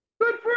Good